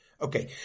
Okay